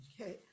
okay